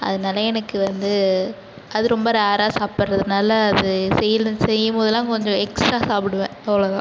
அதனால எனக்கு வந்து அது ரொம்ப ரேராக சாப்பிடுறதுனால அது செய்கிற செய்யும் போதெல்லாம் கொஞ்சம் எக்ஸ்ட்ரா சாப்பிடுவேன் அவ்வளவு தான்